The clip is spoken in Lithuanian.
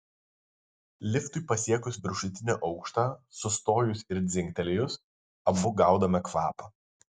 liftui pasiekus viršutinį aukštą sustojus ir dzingtelėjus abu gaudome kvapą